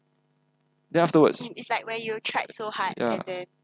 then afterwards ya